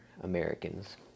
Americans